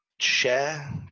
share